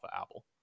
apple